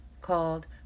called